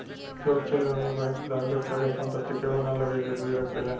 सुरक्षित लोन में बैंक उधारकर्ता के संपत्ति के अपना लगे गिरवी रखेले